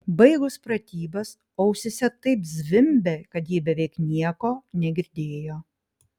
baigus pratybas ausyse taip zvimbė kad ji beveik nieko negirdėjo